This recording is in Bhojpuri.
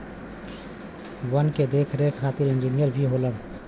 वन के देख रेख खातिर इंजिनियर भी होलन